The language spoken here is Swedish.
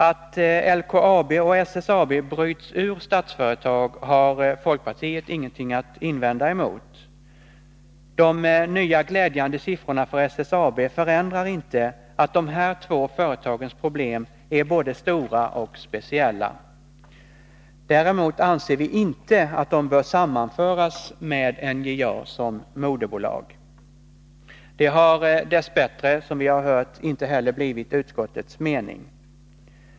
Att LKAB och SSAB bryts ur Statsföretag har folkpartiet ingenting att invända emot. De nya glädjande siffrorna för SSAB förändrar inte att de här två företagens problem är både stora och speciella. Däremot anser vi inte att företagen bör sammanföras med NJA som moderbolag. Det har, som vi hört, dess bättre inte heller blivit utskottets mening.